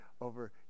over